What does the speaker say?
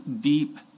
deep